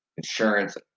insurance